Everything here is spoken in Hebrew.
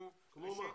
כמו מה?